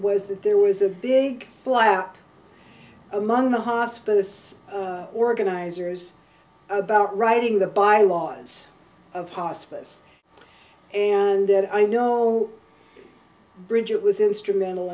was that there was a big blow out among the hospice organizers about writing the bylaws of hospice and then i know bridget was instrumental